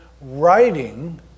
writing